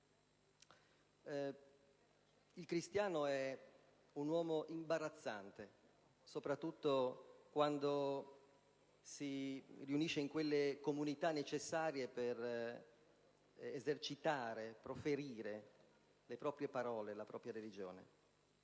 Il cristiano è un uomo imbarazzante, soprattutto quando si riunisce in quelle comunità necessarie per proferire le proprie parole e la propria religione.